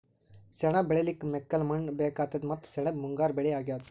ಸೆಣಬ್ ಬೆಳಿಲಿಕ್ಕ್ ಮೆಕ್ಕಲ್ ಮಣ್ಣ್ ಬೇಕಾತದ್ ಮತ್ತ್ ಸೆಣಬ್ ಮುಂಗಾರ್ ಬೆಳಿ ಅಗ್ಯಾದ್